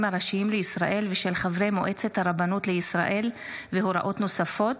הראשיים לישראל ושל חברי מועצת הרבנות לישראל והוראות נוספות)